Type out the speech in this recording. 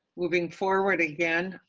moving forward again,